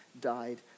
died